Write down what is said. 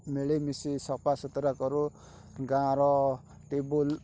ମିଳିମିଶି ସଫା ସୁତୁରା କରୁ ଗାଁର ଟିୱେଲ୍